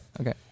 Okay